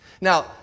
Now